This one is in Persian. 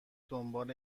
دنبال